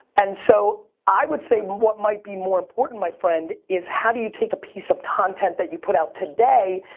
and so i would say what might be more important my friend is how do you take a piece of content that you put out today,